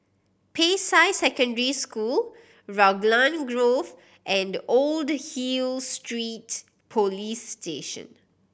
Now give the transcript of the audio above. Peicai Secondary School Raglan Grove and Old Hill Street Police Station